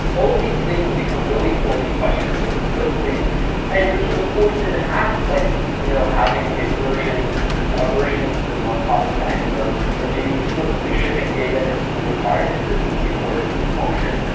all of these things become really thorny questions really quickly and you're sort of forced into hacks like you know having a versioning ah versioning schema on top of dynamo or maybe explicitly shipping data that you require consistency for between functions.